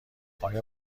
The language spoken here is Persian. آیا